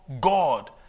God